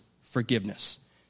forgiveness